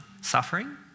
suffering